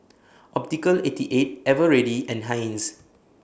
Optical eighty eight Eveready and Heinz